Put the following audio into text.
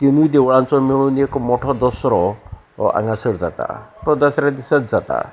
तिनूय देवळांचो मेळून एक मोठो दसरो हांगासर जाता तो दसऱ्या दिसत जाता